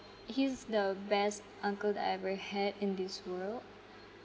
he's the best uncle that I ever in this world